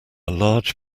large